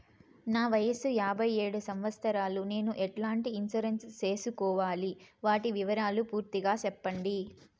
నా వయస్సు యాభై ఏడు సంవత్సరాలు నేను ఎట్లాంటి ఇన్సూరెన్సు సేసుకోవాలి? వాటి వివరాలు పూర్తి గా సెప్పండి?